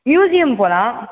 museum போகலாம்